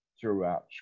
throughout